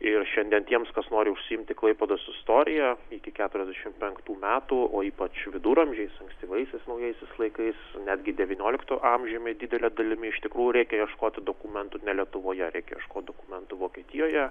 ir šiandien tiems kas nori užsiimti klaipėdos istorija iki keturiasdešimt penktų metų o ypač viduramžiais ankstyvaisiais naujaisiais laikais netgi devynioliktu amžiumi didele dalimi iš tikrųjų reikia ieškoti dokumentų ne lietuvoje reikia ieškoti dokumentų vokietijoje